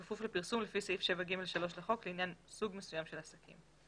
בכפוף לפרסום לפי סעיף 7ג3 לחוק לעניין סוג מסוים של עסקים.